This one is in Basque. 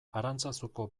arantzazuko